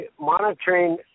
monitoring